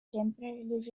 temporarily